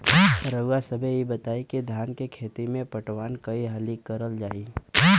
रउवा सभे इ बताईं की धान के खेती में पटवान कई हाली करल जाई?